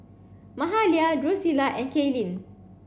Mahalia Drusilla and Kaylin